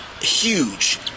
huge